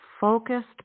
focused